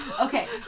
Okay